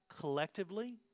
collectively